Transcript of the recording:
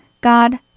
God